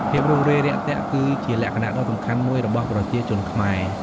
ភាពរួសរាយរាក់ទាក់គឺជាលក្ខណៈដ៏សំខាន់មួយរបស់ប្រជាជនខ្មែរ។